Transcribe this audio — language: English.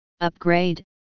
upgrade